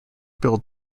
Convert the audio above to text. build